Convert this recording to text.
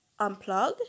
unplug